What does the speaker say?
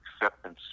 acceptance